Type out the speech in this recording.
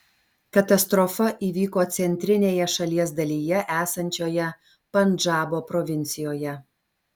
katastrofa įvyko centrinėje šalies dalyje esančioje pandžabo provincijoje